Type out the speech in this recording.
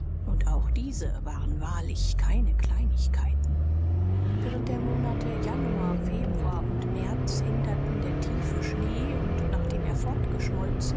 und auch diese waren wahrlich keine kleinigkeiten während der monate januar februar und märz hinderten der tiefe schnee und nachdem